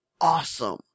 awesome